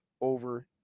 over